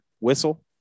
Whistle